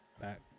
back